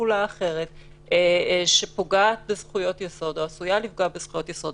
פעולה אחרת שפוגעת או עלולה לפגוע בזכויות יסוד.